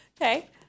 Okay